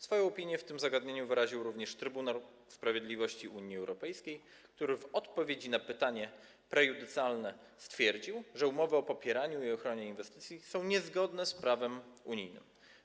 Swoją opinię o tym zagadnieniu wyraził również Trybunał Sprawiedliwości Unii Europejskiej, który w odpowiedzi na pytanie prejudycjalne stwierdził, że umowy o popieraniu i ochronie inwestycji są niezgodne z prawem unijnym.